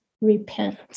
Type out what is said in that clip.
repent